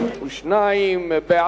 2 והוראת שעה), התש"ע 2010, נתקבל.